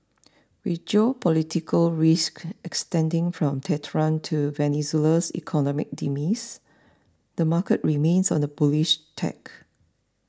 with geopolitical risk extending from Tehran to Venezuela's economic demise the market remains on a bullish tack